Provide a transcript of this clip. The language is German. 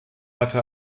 hatte